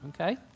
Okay